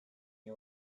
you